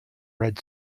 red